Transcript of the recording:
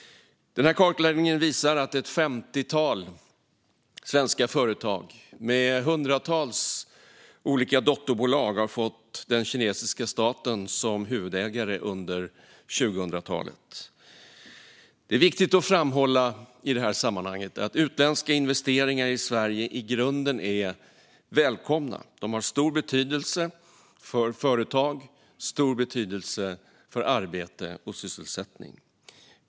Kartläggningen visar att ett femtiotal svenska företag med hundratals dotterbolag har fått den kinesiska staten som huvudägare under 2000-talet. Det är viktigt att framhålla i detta sammanhang att utländska investeringar i Sverige i grunden är välkomna. De har stor betydelse för företag och för arbete och sysselsättning.